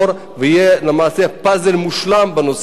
ויהיה למעשה פאזל מושלם בנושא הזה.